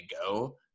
go